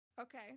Okay